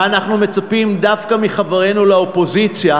ואנחנו מצפים דווקא מחברינו באופוזיציה